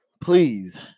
please